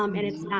um and it's not.